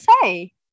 say